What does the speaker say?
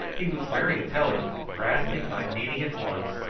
he was very intelligent, grasping my meaning at once,